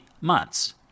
months